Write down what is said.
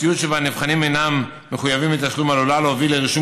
מציאות שבה נבחנים אינם מחויבים בתשלום עלולה להוביל לרישום